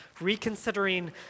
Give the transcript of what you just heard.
Reconsidering